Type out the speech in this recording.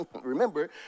Remember